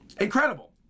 incredible